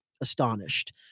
astonished